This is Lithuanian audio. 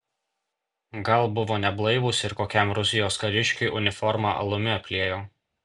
gal buvo neblaivūs ir kokiam rusijos kariškiui uniformą alumi apliejo